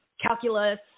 calculus